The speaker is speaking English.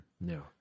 No